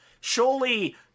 Surely